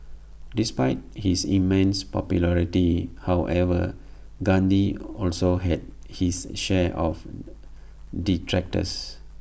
despite his immense popularity however Gandhi also had his share of detractors